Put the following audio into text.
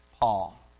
Paul